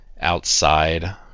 outside